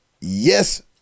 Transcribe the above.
Yes